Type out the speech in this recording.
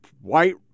White